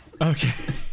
Okay